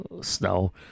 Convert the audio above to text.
snow